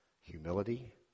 humility